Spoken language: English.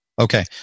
Okay